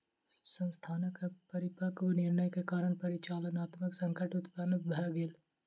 संस्थानक अपरिपक्व निर्णय के कारण परिचालनात्मक संकट उत्पन्न भ गेल